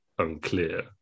Unclear